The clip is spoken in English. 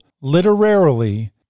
literarily